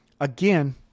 again